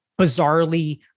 bizarrely